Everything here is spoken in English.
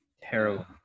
terrible